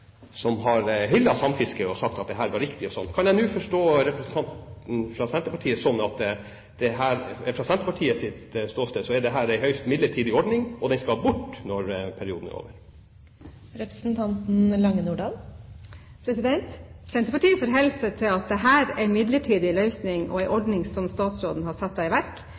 som har hyllet samfisket, og sagt at det er riktig osv. Kan jeg forstå representanten fra Senterpartiet slik at fra Senterpartiets ståsted er dette en høyst midlertidig ordning, og at den skal bort når perioden er over? Senterpartiet forholder seg til at dette er en midlertidig løsning og en ordning som statsråden har